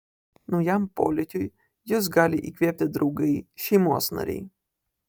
naujam polėkiui jus gali įkvėpti draugai šeimos nariai